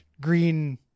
Green